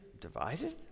divided